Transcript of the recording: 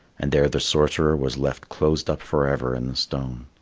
and there the sorcerer was left closed up forever in the stone.